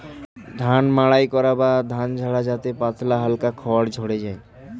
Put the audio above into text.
শস্য মাড়াই করা বা ধান ঝাড়া যাতে পাতলা হালকা খড় ঝড়ে যায়